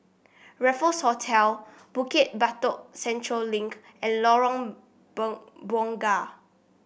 Raffles Hotel Bukit Batok Central Link and Lorong Bunga